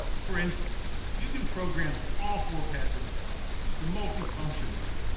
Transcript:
for instance, you can program all four pads on the cross keys the multi-function button,